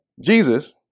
Jesus